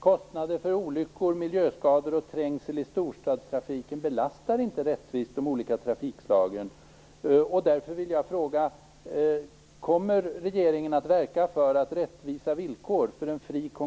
Kostnader för olyckor, miljöskador och trängsel i storstadstrafiken belastar inte rättvist de olika trafikslagen.